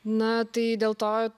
na tai dėl to